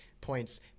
points